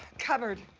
cupboard,